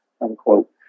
unquote